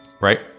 right